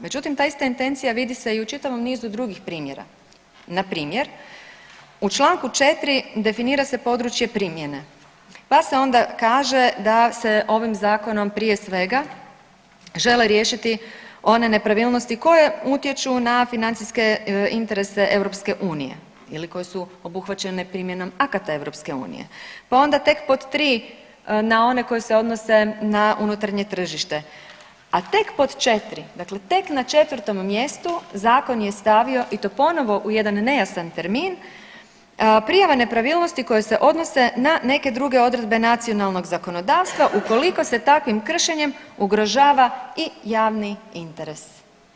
Međutim, ta ista intencija vidi se i u čitavom nizu drugih primjera npr. u Članku 4. definira se područje primjene, pa se onda kaže da se ovim zakonom prije svega žele riješiti one nepravilnosti koje utječu na financijske interese EU ili koje su obuhvaćene akata EU, pa onda tek pod 3. na one koje se odnose na unutarnje tržište, a tek pod 4., dakle tek na četvrtom mjestu zakon je stavio i to ponovo u jedan nejasan termin prijava nepravilnosti koje se odnose na neke druge odredbe nacionalnog zakonodavstva ukoliko se takvim kršenjem ugrožava i javni interes.